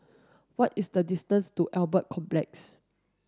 what is the distance to Albert Complex